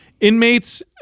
Inmates